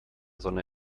sonne